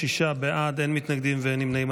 26 בעד, אין מתנגדים ואין נמנעים.